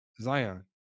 Zion